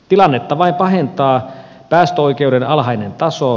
tilannetta vain pahentaa päästöoikeuden alhainen taso